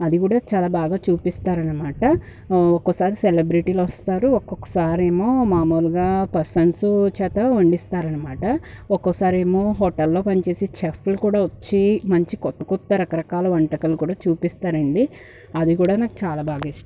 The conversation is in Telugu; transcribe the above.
అది కూడా చాలా బాగా చూపిస్తారనమాట ఒక్కోసారి సెలబ్రెటీలొస్తారు ఒక్కొక్కసారేమో మామూలుగా పర్సన్స్ చేత వండిస్తారనమాట ఒక్కొక్కసారి ఏమో హోటల్లో పని చేసే షఫ్లు కూడా వచ్చి మంచి కొత్త కొత్త రకరకాల వంటకాలు కూడా చూపిస్తారండి అది కూడా నాకు చాలా బాగా ఇష్టం అండీ